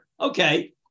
Okay